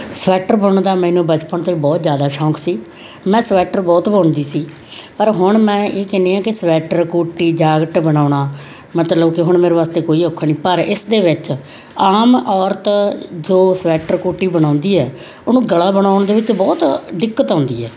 sweater ਬੁਣਨ ਦਾ ਮੈਨੂੰ ਬਚਪਨ ਤੋਂ ਹੀ ਬਹੁਤ ਜ਼ਿਆਦਾ ਸ਼ੌਂਕ ਸੀ ਮੈਂ ਸਵੈਟਰ ਬਹੁਤ ਬੁਣਦੀ ਸੀ ਪਰ ਹੁਣ ਮੈਂ ਇਹ ਕਹਿੰਦੀ ਹਾਂ ਕਿ ਸਵੈਟਰ ਕੋਟੀ ਜਾਕਟ ਬਣਾਉਣਾ ਮਤਲਬ ਕਿ ਹੁਣ ਮੇਰੇ ਵਾਸਤੇ ਕੋਈ ਔਖਾ ਨਹੀਂ ਪਰ ਇਸ ਦੇ ਵਿੱਚ ਆਮ ਔਰਤ ਜੋ ਸਵੈਟਰ ਕੋਟੀ ਬਣਾਉਂਦੀ ਹੈ ਉਹਨੂੰ ਗਲਾ ਬਣਾਉਣ ਦੇ ਵਿੱਚ ਬਹੁਤ ਦਿੱਕਤ ਆਉਂਦੀ ਹੈ